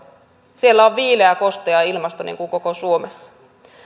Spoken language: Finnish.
siellä on viileä kostea ilmasto niin kuin koko suomessa